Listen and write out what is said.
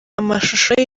amashusho